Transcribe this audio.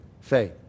faith